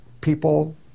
people